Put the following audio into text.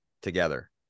together